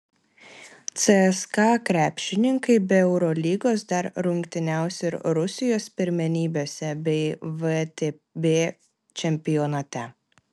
cska krepšininkai be eurolygos dar rungtyniaus ir rusijos pirmenybėse bei vtb čempionate